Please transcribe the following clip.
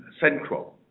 central